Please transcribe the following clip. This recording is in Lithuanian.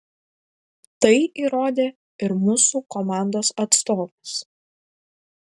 tai įrodė ir mūsų komandos atstovas